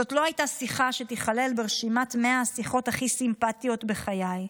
זאת לא הייתה שיחה שתיכלל ברשימת מאה השיחות הכי סימפטיות בחיי.